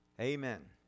Amen